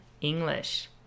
English